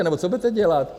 Nebo co budete dělat?